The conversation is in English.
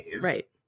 right